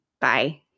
Bye